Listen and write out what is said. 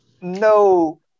No